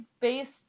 based